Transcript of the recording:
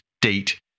date